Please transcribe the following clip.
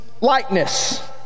likeness